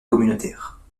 communautaire